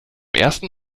ersten